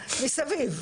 מסביב.